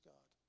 God